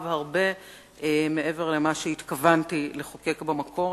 הרבה מעבר למה שהתכוונתי לחוקק במקור.